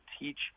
teach